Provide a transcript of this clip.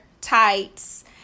tights